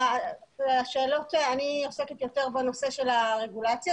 אני עוסקת יותר בנושא של הרגולציה,